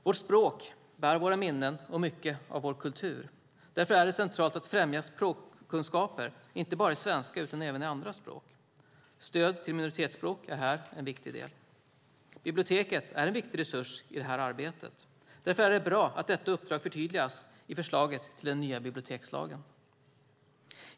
Vårt språk bär våra minnen och mycket av vår kultur. Därför är det centralt att främja språkkunskaper, inte bara i svenska utan även i andra språk. Stöd till minoritetsspråk är här en viktig del. Biblioteket är en viktig resurs i det arbetet. Därför är det bra att detta uppdrag förtydligas i förslaget till den nya bibliotekslagen.